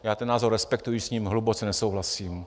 Já ten názor respektuji, i když s ním hluboce nesouhlasím.